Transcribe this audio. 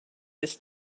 this